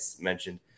mentioned